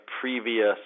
previous